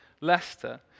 Leicester